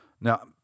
Now